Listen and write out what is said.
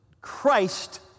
Christ